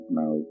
now